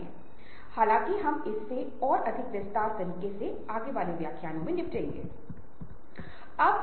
इससे पहले हम पहले से ही समूह गतिशीलता के कुछ क्षेत्रों को कवर कर चुके हैं